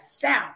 South